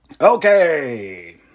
okay